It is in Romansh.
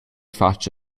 fatg